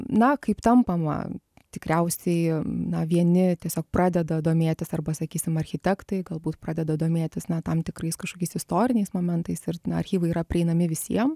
na kaip tampama tikriausiai na vieni tiesiog pradeda domėtis arba sakysim architektai galbūt pradeda domėtis na tam tikrais kažkokiais istoriniais momentais ir na archyvai yra prieinami visiem